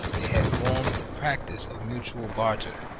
they had formed the practice of mutual barter.